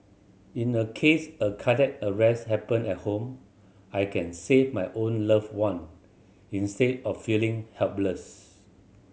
in the case a cardiac arrest happen at home I can save my own loved one instead of feeling helpless